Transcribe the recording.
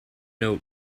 note